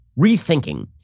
rethinking